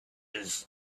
his